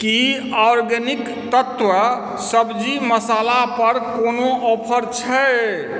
की organic तत्व सब्जी मसालापर कोनो ऑफर छै